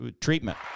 treatment